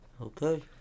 Okay